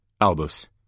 Albus